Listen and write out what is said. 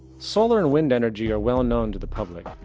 solar and wind energy are well known to the public.